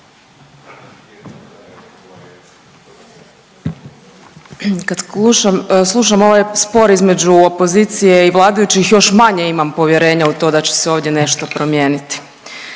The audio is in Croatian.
Kad slušam ovaj spor između opozicije i vladajućih još manje imam povjerenja u to da će se ovdje nešto promijeniti.